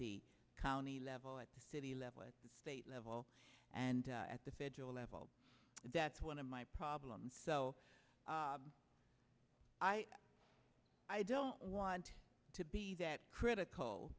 the county level at the city level at the state level and at the federal level that's one of my problems so i i don't want to be that critical